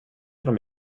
dem